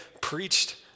preached